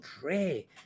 pray